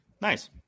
Nice